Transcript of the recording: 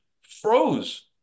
froze